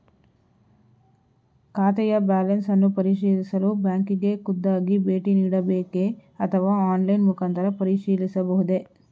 ಖಾತೆಯ ಬ್ಯಾಲೆನ್ಸ್ ಅನ್ನು ಪರಿಶೀಲಿಸಲು ಬ್ಯಾಂಕಿಗೆ ಖುದ್ದಾಗಿ ಭೇಟಿ ನೀಡಬೇಕೆ ಅಥವಾ ಆನ್ಲೈನ್ ಮುಖಾಂತರ ಪರಿಶೀಲಿಸಬಹುದೇ?